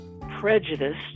prejudiced